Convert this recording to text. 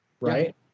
right